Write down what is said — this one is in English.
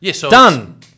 Done